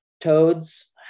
toads